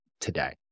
today